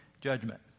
judgment